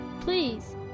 Please